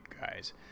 guys